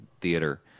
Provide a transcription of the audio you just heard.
theater